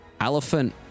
elephant